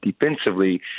defensively